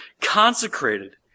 consecrated